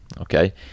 okay